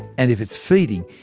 and if it's feeding,